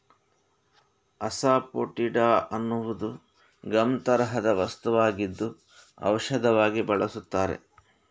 asafoetida ಅನ್ನುವುದು gum ತರಹದ ವಸ್ತುವಾಗಿದ್ದು ಔಷಧವಾಗಿ ಬಳಸುತ್ತಾರೆ